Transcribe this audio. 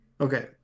okay